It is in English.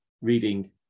reading